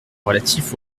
relatif